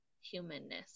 humanness